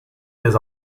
des